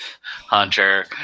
hunter